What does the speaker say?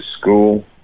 school